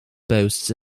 boasts